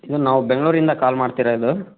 ಇದು ನಾವು ಬೆಂಗಳೂರಿಂದ ಕಾಲ್ ಮಾಡ್ತಿರೋದು